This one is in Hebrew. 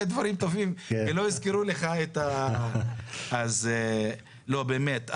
מעשים טובים ולא יזכרו לך את ה --- לא באמת,